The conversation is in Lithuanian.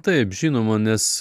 taip žinoma nes